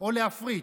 או להפריט.